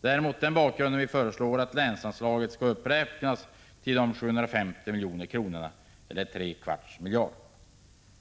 Det är mot denna bakgrund vi föreslår att länsanslaget skall uppräknas till 750 milj.kr., eller trekvarts miljard.